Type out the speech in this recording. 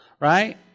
right